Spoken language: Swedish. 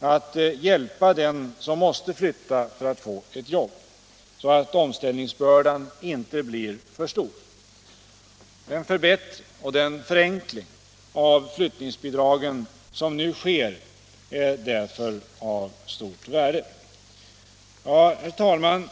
att hjälpa den som måste flytta för att få ett jobb så att omställningsbördan inte blir för stor. Den förbättring och förenkling av flyttningsbidragen som nu sker är därför av stort värde. Herr talman!